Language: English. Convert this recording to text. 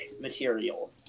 material